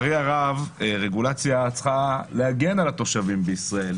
רגולציה צריכה להגן על התושבים בישראל,